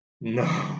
No